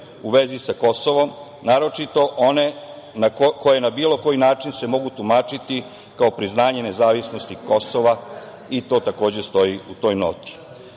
u vezi sa Kosovom, naročito one koje na bilo koji način se mogu tumačiti kao priznanje nezavisnosti Kosova, i to takođe stoji u toj